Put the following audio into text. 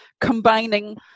combining